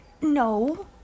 no